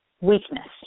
weakness